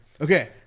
Okay